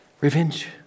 revenge